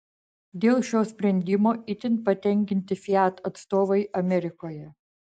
dėl šio sprendimo itin patenkinti fiat atstovai amerikoje